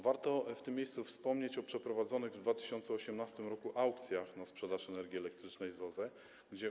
Warto w tym miejscu wspomnieć o przeprowadzonych w 2018 r. aukcjach na sprzedaż energii elektrycznej z OZE.